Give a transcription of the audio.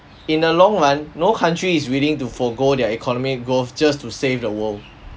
in the long run no country is willing to forgo their economic growth just to save the world